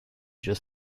just